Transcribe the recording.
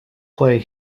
play